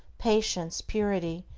patience, purity,